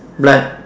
black